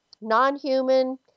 non-human